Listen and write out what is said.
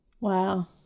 Wow